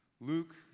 Luke